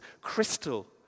crystal